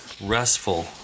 restful